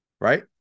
Right